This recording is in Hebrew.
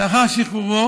לאחר שחרורו